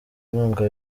inkunga